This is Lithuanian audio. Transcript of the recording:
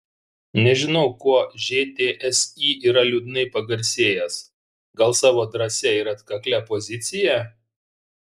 nežinau kuo žtsi yra liūdnai pagarsėjęs gal savo drąsia ir atkaklia pozicija